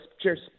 Cheers